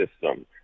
system